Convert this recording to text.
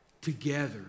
together